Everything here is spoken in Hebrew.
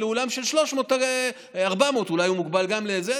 ואולם של 400-300 אולי גם הוא מוגבל לזה,